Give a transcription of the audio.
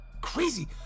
crazy